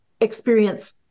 experience